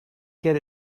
get